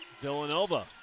Villanova